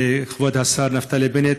כבוד השר נפתלי בנט,